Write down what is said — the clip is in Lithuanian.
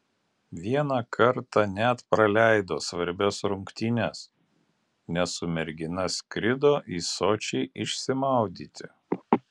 vieną kartą net praleido svarbias rungtynes nes su mergina skrido į sočį išsimaudyti